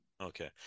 Okay